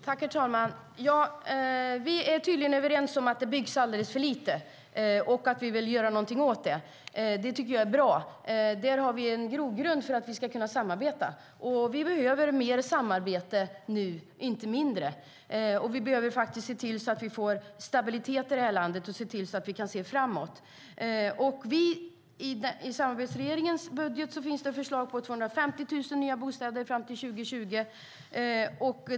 Herr talman! Vi är tydligen överens om att det byggs alldeles för lite och att vi vill göra någonting åt det. Det tycker jag är bra. Där har vi en grogrund för att vi ska kunna samarbeta. Vi behöver mer samarbete nu, inte mindre. Vi behöver se till att vi får stabilitet i det här landet och se till att vi kan se framåt. I samarbetsregeringens budget finns förslag på 250 000 nya bostäder fram till 2020.